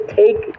take